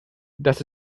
das